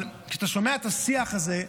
אבל כשאתה שומע את השיח הזה,